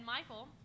Michael